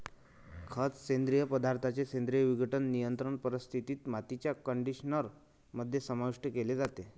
खत, सेंद्रिय पदार्थांचे सेंद्रिय विघटन, नियंत्रित परिस्थितीत, मातीच्या कंडिशनर मध्ये समाविष्ट केले जाते